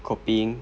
copying